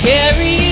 Carry